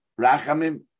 rachamim